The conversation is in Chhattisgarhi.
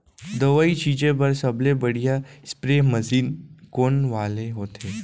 दवई छिंचे बर सबले बढ़िया स्प्रे मशीन कोन वाले होथे?